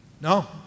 No